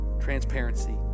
transparency